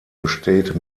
besteht